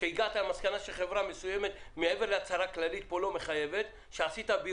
השאלה המרכזית ואשמח לשמוע מחברות החלוקה זה התפקיד שלהן.